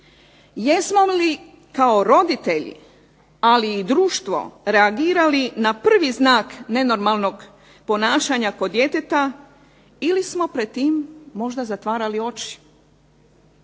Jesmo li kao roditelji, ali i društvo reagirali na prvi znak nenormalnog ponašanja kod djeteta ili smo pred tim možda zatvarali oči?